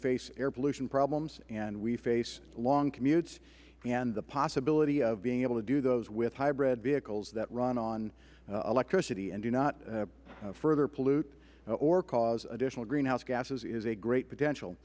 face air pollution problems and we face long commutes and the possibility of being able to do those with hybrid vehicles that run on electricity and do not further pollute or cause additional greenhouse gases is a great potential